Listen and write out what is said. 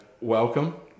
welcome